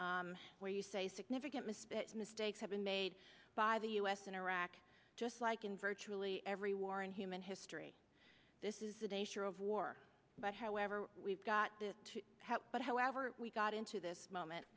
where you say significant mistakes have been made by the u s in iraq just like in virtually every war in human history this is the nature of war but however we've got to but however we got into this moment